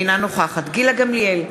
אינה נוכחת גילה גמליאל,